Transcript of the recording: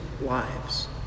lives